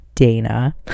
Dana